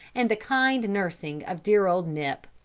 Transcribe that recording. and the kind nursing of dear old nip.